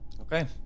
Okay